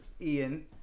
Ian